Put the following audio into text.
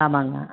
ஆமாங்க